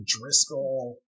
Driscoll